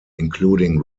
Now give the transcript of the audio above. including